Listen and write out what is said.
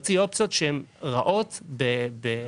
ולהוציא אופציות שהן רעות בהכרח.